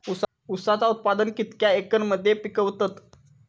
ऊसाचा उत्पादन कितक्या एकर मध्ये पिकवतत?